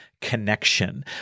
connection